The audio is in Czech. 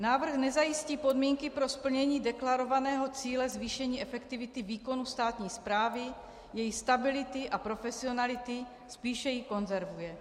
Návrh nezajistí podmínky pro splnění deklarovaného cíle zvýšení efektivity výkonu státní správy, její stability a profesionality, spíše ji konzervuje.